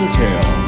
tell